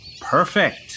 Perfect